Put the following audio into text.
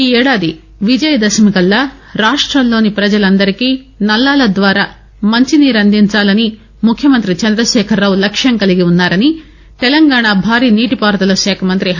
ఈ ఏడాది విజయదశమి కల్లా రాష్ట్రంలోని పజలందరికీ నల్లాల ద్వారా మంచినీరు అందించాలని ముఖ్యమంత్రి చంద్రదశేఖరరావు లక్ష్మంగా కలిగి వున్నారని తెలంగాణ భారీ నీటిపారుదల శాఖ మంతి టీ